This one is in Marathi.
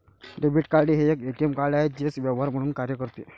डेबिट कार्ड हे एक ए.टी.एम कार्ड आहे जे व्यवहार म्हणून कार्य करते